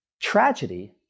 Tragedy